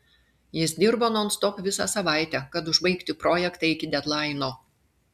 jis dirbo nonstop visą savaitę kad užbaigti projektą iki dedlaino